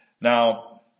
Now